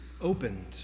opened